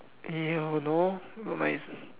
!eww! no not nice